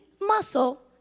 muscle